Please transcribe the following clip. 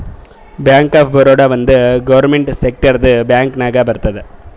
bank of Baroda ಒಂದ್ government ಸೆಕ್ಟರ್ದು bank ನಾಗ್ ಬರ್ತುದ್